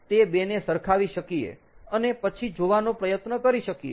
જેથી આપણે તે 2 ને સરખાવી શકીયે અને પછી જોવાનો પ્રયત્ન કરી શકીયે